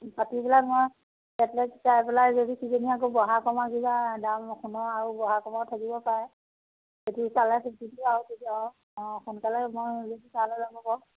পাতি পেলাই মই কেটলাইট চাই পেলাই যদি কিজানি আকৌ বঢ়া কমা কিবা দাম কমোৱা আৰু বঢ়োৱা কমোৱা থাকিব পাৰে দুইফালে সিখিনি আৰু অঁ অঁ সোনকালে মই তালৈ যাম আকৌ